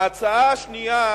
ההצעה השנייה,